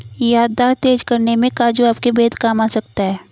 याददाश्त तेज करने में काजू आपके बेहद काम आ सकता है